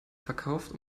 verkauft